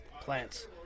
Plants